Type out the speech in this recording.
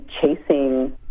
chasing